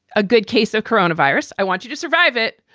a good case of corona virus. i want you to survive it,